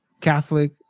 catholic